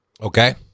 Okay